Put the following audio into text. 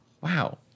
Wow